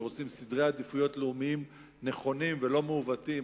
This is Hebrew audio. שרוצים סדרי עדיפויות לאומיים נכונים ולא מעוותים,